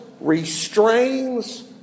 restrains